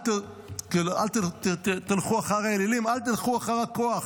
אל תלכו אחר האלילים, אל תלכו אחר הכוח.